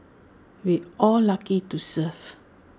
we all lucky to serve